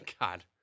God